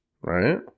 right